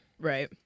Right